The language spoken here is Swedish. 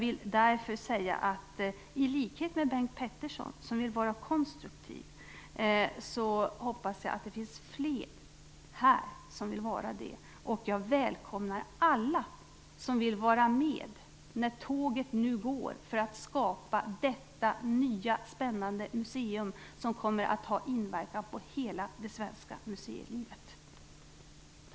I likhet med Bengt Peterson, som vill vara konstruktiv, hoppas jag att det finns fler här som vill vara det, och jag välkomnar alla som vill vara med när tåget nu går för att skapa detta nya, spännande museum, som kommer att ha inverkan på hela det svenska museilivet.